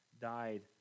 died